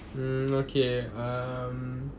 mm okay um